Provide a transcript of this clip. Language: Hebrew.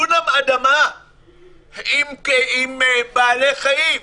דונם אדמה עם בעלי חיים.